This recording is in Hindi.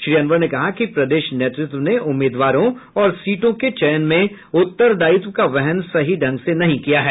श्री अनवर ने कहा कि प्रदेश नेतृत्व ने उम्मीदवारों और सीटों के चयन में उत्तरदायित्व का वहन सही ढंग से नहीं किया है